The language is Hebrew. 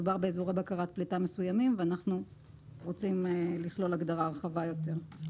מדובר באזורי בקרת פליטה מסוימים ואנחנו רוצים לכלול הגדרה רחבה יותר.